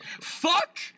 Fuck